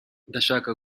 ndashaka